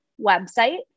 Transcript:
website